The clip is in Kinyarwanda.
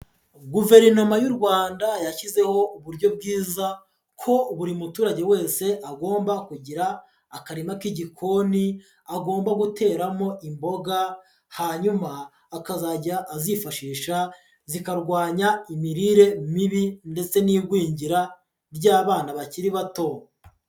Guverinoma y'u Rwanda yashyizeho uburyo bwiza ko buri muturage wese agomba kugira akarima k'igikoni agomba guteramo imboga, hanyuma akazajya azifashisha zikarwanya imirire mibi ndetse n'igwingira ry'abana bakiri bato.